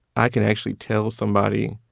i can actually tell somebody,